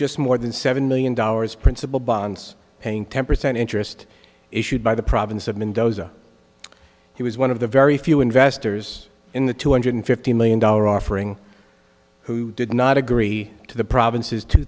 just more than seven million dollars principal bonds paying ten percent interest issued by the province of mendoza he was one of the very few investors in the two hundred fifty million dollar offering who did not agree to the province's two